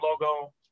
logo